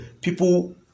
People